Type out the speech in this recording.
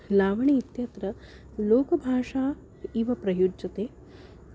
लावणी इत्यत्र लोकभाषा इव प्रयुज्यते